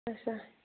اَچھا